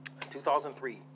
2003